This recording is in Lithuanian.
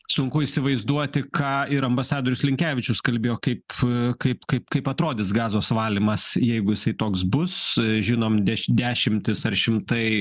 sunku įsivaizduoti ką ir ambasadorius linkevičius kalbėjo kaip kaip kaip kaip atrodys gazos valymas jeigu jisai toks bus žinom deš dešimtis ar šimtai